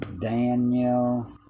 Daniel